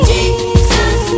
Jesus